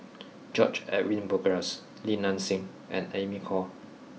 George Edwin Bogaars Li Nanxing and Amy Khor